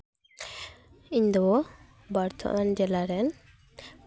ᱤᱧ ᱫᱚ ᱵᱚᱨᱫᱷᱚᱢᱟᱱ ᱡᱮᱞᱟ ᱨᱮᱱ